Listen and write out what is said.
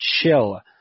chill